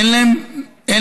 אין להם ביקורים,